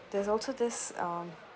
there's also this err